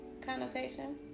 connotation